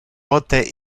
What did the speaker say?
pote